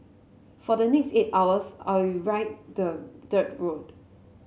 for the next eight hours I'll ride the dirt road